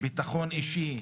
ביטחון אישי,